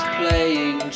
playing